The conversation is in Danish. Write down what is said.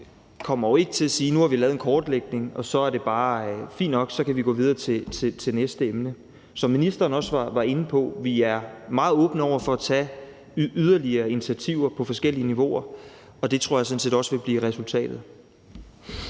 kommer til at sige: Nu har vi lavet en kortlægning, og så er det bare fint nok; så kan vi gå videre til næste emne. Som ministeren også var inde på, er vi meget åbne over for at tage yderligere initiativer på forskellige niveauer, og det tror jeg sådan set også vil blive resultatet.